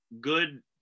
good